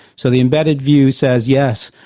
so the embedded view says, yes,